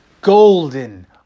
golden